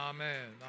Amen